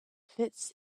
fits